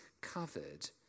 covered